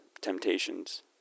temptations